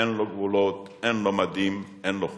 אין לו גבולות, אין לו מדים, אין לו חוקים.